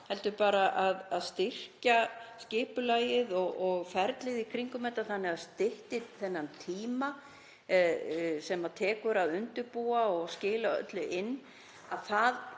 heldur bara að styrkja skipulagið og ferlið í kringum þetta þannig að tíminn styttist sem það tekur að undirbúa og skila öllu inn. Það